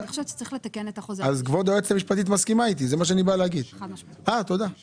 מיותר שאני אגיד את כל הדברים בגלל שלפי דעתי אין לנו ויכוח במהות.